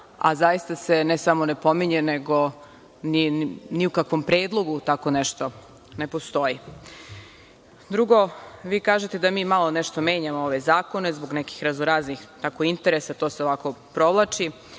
a zaista se ne samo ne pominje, nego ni u kakvom predlogu tako nešto ne postoji. Drugo, vi kažete da mi malo nešto menjamo ove zakone, zbog nekih raznoraznih tako interesa, to se ovako provlači.